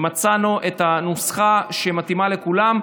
מצאנו את הנוסחה שמתאימה לכולם,